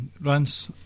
Rance